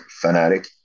fanatic